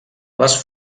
les